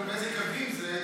ושים לב גם באיזה קווים זה.